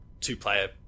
two-player